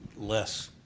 less